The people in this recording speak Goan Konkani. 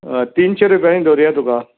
तिनशा रुपयांनी धरुया तुका